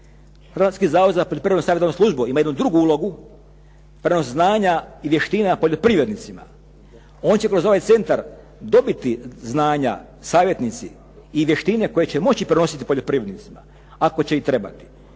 Hrvatski zavod za poljoprivredno-savjetodavnu službu ima jednu drugu ulogu, prijenos znanja i vještina poljoprivrednicima. On će kroz ovaj centar dobiti znanja savjetnici i vještine koje će moći prenositi poljoprivrednicima ako će i trebati.